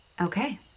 Okay